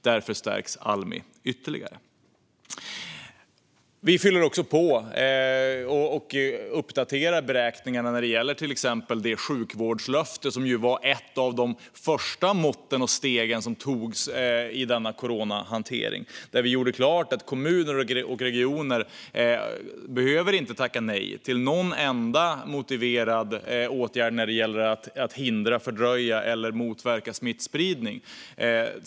Därför stärks Almi ytterligare. Vi fyller också på och uppdaterar beräkningarna när det gäller till exempel det sjukvårdslöfte som ju var ett av de första mått och steg som togs i denna coronahantering och där vi gjorde klart att kommuner och regioner inte behöver tacka nej till någon enda motiverad åtgärd när det gäller att hindra, fördröja eller motverka smittspridning.